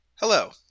Hello